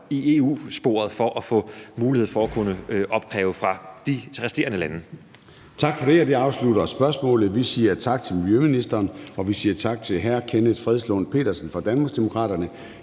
i EU-sporet for at få mulighed for at opkræve det fra dem fra de resterende lande. Kl. 14:08 Formanden (Søren Gade): Tak for det. Det afslutter spørgsmålet. Vi siger tak til miljøministeren, og vi siger tak til hr. Kenneth Fredslund Petersen fra Danmarksdemokraterne.